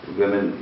women